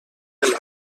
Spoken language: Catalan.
del